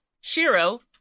Shiro